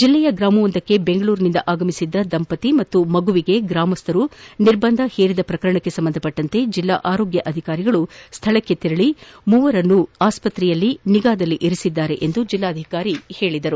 ಜಿಲ್ಲೆಯ ಗ್ರಾಮವೊಂದಕ್ಕೆ ಬೆಂಗಳೂರಿನಿಂದ ಆಗಮಿಸಿದ್ದ ದಂಪತಿ ಹಾಗೂ ಮಗುವಿಗೆ ಗ್ರಾಮಸ್ಥರು ನಿರ್ಬಂಧ ಹೇರಿದ ಪ್ರಕರಣಕ್ಕೆ ಸಂಬಂಧಿಸಿದಂತೆ ಜಿಲ್ಲಾ ಆರೋಗ್ಡಾಧಿಕಾರಿಗಳು ಸ್ಟಳಕ್ಕೆ ತೆರಳ ಮೂರು ಮಂದಿಯನ್ನು ಕರೆತಂದು ಆಸ್ಷತ್ರೆಯಲ್ಲಿ ನಿಗಾದಲ್ಲಿ ಇರಿಸಿದ್ದಾರೆ ಎಂದು ಜೆಲ್ಲಾಧಿಕಾರಿ ತಿಳಿಸಿದರು